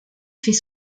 fait